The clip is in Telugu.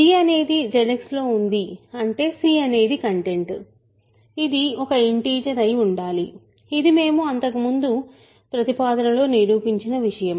g అనేది ZX లో ఉంది అంటే c అనేది కంటెంట్ ఇది ఒక ఇంటిజర్ అయి ఉండాలి ఇది మేము ఇంతకు ముందు ప్రతిపాదనలో నిరూపించిన విషయం